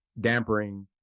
dampering